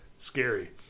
scary